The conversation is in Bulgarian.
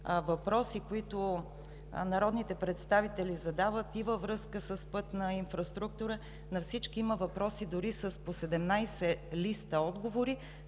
въпроси, които народните представители задават и във връзка с пътна инфраструктура, на всички – има въпроси дори с по 17 листа отговори,